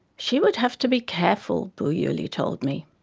she would have to be careful, bu yuli told me,